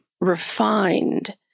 refined